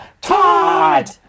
Todd